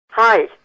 Hi